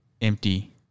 empty